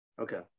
Okay